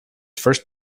first